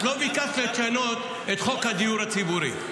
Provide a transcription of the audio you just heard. את לא ביקשת לשנות את חוק הדיור הציבורי.